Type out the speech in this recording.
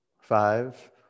Five